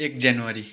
एक जनवरी